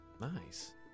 Nice